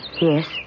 Yes